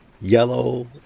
yellow